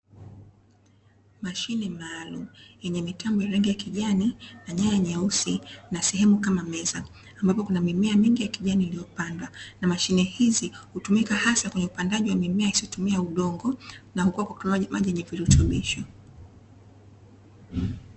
Mashine maalumu yenye mitambo ya rangi ya kijani na nyaya nyeusi na sehemu kama meza ambapo kuna mimea mingi ya kijani iliyopandwa, na mashine hizi hutumika hasa kwenye upandaji wa mimea isiyotumia udongo na hukuwa kwa maji yenye virutubisho.